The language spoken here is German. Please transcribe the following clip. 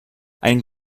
ein